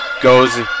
goes